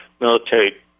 military